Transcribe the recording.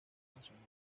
nacional